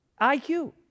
IQ